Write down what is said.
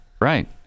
right